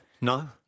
no